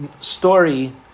story